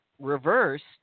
reversed